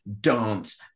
dance